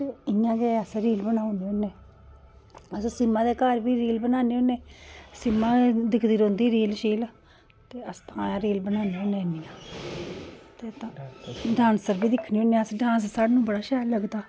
ते इ'यां गै अस रील बनाई ओड़ने होन्ने अस सीमा दे घर बी रील बनान्ने होन्ने सीमा दिक्खदी रौंह्दी रील शील ते अस तां रील बनान्ने होन्ने इन्नियां ते डांसर बी दिक्खने होने अस डांस सानूं इन्ना शैल लगदा